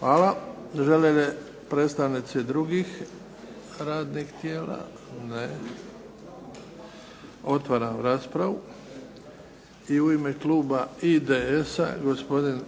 Hvala. Žele li predstavnici drugih radnih tijela? Ne. Otvaram raspravu. I u ime kluba IDS-a, gospodin